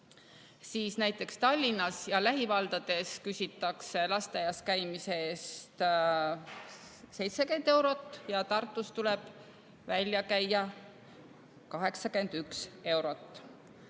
siis näiteks Tallinnas ja lähivaldades küsitakse lasteaias käimise eest 70 eurot ja Tartus tuleb välja käia 81 eurot.